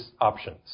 options